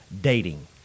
dating